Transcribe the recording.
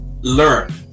learn